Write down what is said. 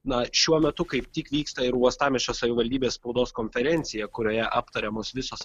na šiuo metu kaip tik vyksta ir uostamiesčio savivaldybės spaudos konferencija kurioje aptariamos visos